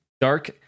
dark